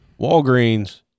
Walgreens